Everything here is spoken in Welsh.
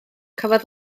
cafodd